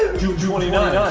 june twenty ninth,